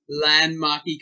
landmarky